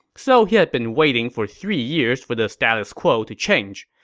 so he had been waiting for three years for the status quo to change.